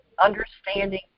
understanding